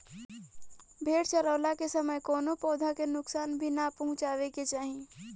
भेड़ चरावला के समय कवनो पौधा के नुकसान भी ना पहुँचावे के चाही